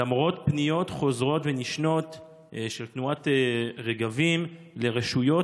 למרות פניות חוזרות ונשנות של תנועת רגבים לרשויות,